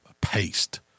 paste